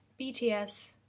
BTS